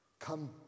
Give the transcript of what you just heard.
Come